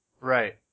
Right